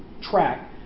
track